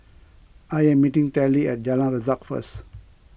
I am meeting Telly at Jalan Resak first